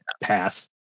pass